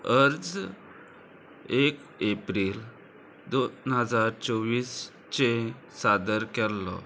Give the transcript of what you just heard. अर्ज एक एप्रील दोन हजार चोवीस चें सादर केल्लो